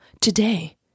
today